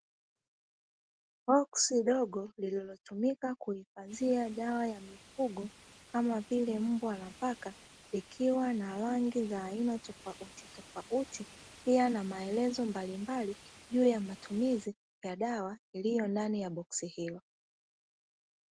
Boksi dogo lililotumika kuhifadhia dawa ya mifugo; kama vile mbwa na paka, likiwa na rangi za aina tofautitofauti pia na maelezo mbalimbali juu ya matumizi ya dawa iliyo ndani ya boksi hilo.